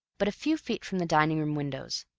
but a few feet from the dining-room windows.